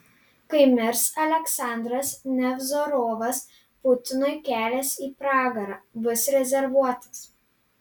kai mirs aleksandras nevzorovas putinui kelias į pragarą bus rezervuotas